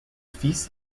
fils